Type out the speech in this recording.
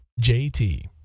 JT